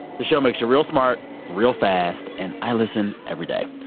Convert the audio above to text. the show makes you real smart real fast, and i listen every day.